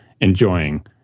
enjoying